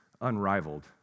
unrivaled